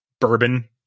bourbon